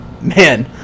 man